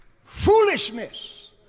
Foolishness